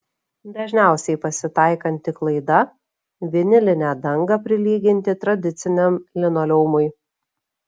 dažniausiai pasitaikanti klaida vinilinę dangą prilyginti tradiciniam linoleumui